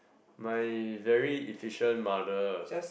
my very efficient mother